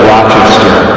Rochester